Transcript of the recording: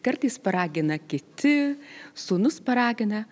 kartais paragina kiti sūnus paragina